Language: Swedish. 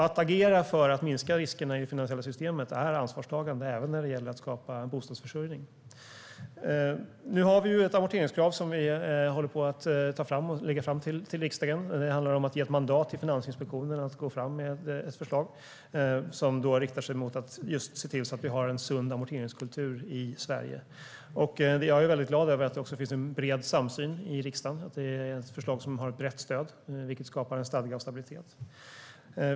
Att agera för att minska riskerna i det finansiella systemet är alltså ansvarstagande, även när det gäller att skapa bostadsförsörjning. Nu håller vi på och tar fram ett amorteringskrav och ska lägga fram det till riksdagen. Det handlar om att ge Finansinspektionen mandat att komma med ett förslag, som ska se till att vi har en sund amorteringskultur i Sverige. Jag är glad över att det finns en bred samsyn i riksdagen om detta. Det är ett förslag som har ett brett stöd, vilket skapar stadga och stabilitet.